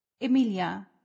Emilia